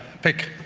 pick,